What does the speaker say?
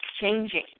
changing